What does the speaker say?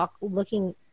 looking